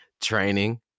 training